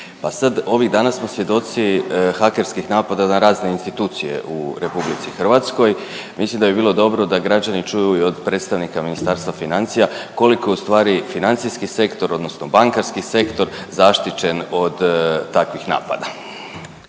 pa sad ovih dana smo svjedoci hakerskih napada na razne institucije u RH. Mislim da bi bilo dobro da građani čuju i od predstavnika Ministarstva financija koliko je ustvari financijski sektor odnosno bankarski sektor zaštićen od takvih napada.